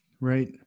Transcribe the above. Right